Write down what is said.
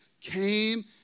came